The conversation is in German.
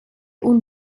und